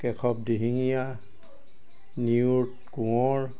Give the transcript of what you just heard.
Keshab Dihingia Niyot Konwar